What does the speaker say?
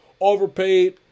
Overpaid